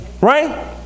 right